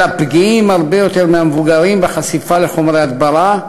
אלא פגיעים הרבה יותר מהמבוגרים בחשיפה לחומרי הדברה,